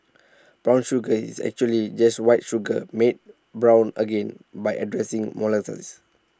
brown sugar is actually just white sugar made brown again by addressing molasses